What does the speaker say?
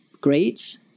great